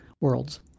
worlds